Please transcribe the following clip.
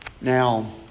Now